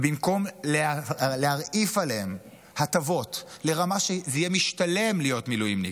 ובמקום להרעיף עליהם הטבות לרמה שזה יהיה משתלם להיות מילואימניק,